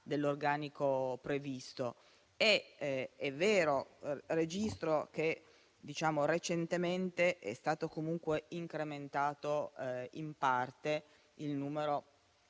dell'organico previsto. È vero, registro che recentemente è stato comunque incrementato in parte il numero